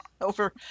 over